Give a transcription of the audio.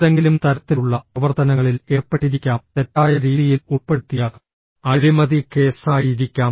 ഏതെങ്കിലും തരത്തിലുള്ള പ്രവർത്തനങ്ങളിൽ ഏർപ്പെട്ടിരിക്കാം തെറ്റായ രീതിയിൽ ഉൾപ്പെടുത്തിയ അഴിമതി കേസായിരിക്കാം